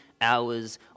hours